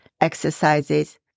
exercises